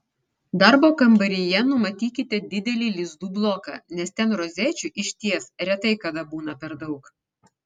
darbo kambaryje numatykite didelį lizdų bloką nes ten rozečių išties retai kada būna per daug